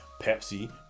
pepsi